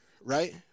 right